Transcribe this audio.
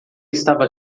estava